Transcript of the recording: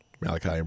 Malachi